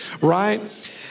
Right